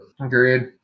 agreed